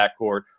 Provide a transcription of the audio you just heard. backcourt